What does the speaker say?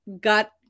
got